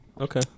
okay